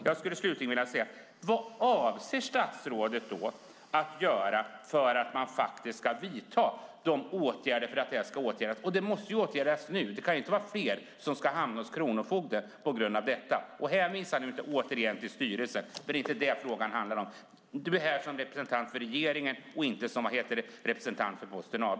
Jag skulle slutligen vilja fråga: Vad avser statsrådet att göra för att Posten faktiskt ska vidta de åtgärder som behövs? Detta måste ju åtgärdas nu. Fler ska inte behöva hamna hos kronofogden på grund av detta. Hänvisa nu inte återigen till styrelsen, för det är inte det frågan handlar om. Du är här som representant för regeringen och inte som representant för Posten AB.